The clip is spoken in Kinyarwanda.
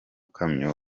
kamyo